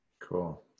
Cool